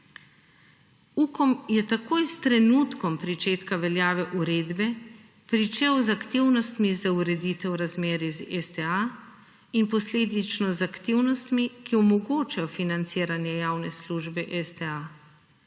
UKOM je takoj s trenutkom pričetka veljave uredbe pričel z aktivnostmi za ureditev razmerij z STA in posledično z aktivnostmi, ki omogočajo financiranje javne službe STA.